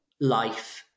life